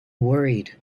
worried